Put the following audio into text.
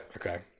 Okay